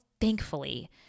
thankfully